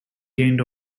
gained